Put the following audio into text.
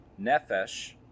nefesh